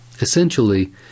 Essentially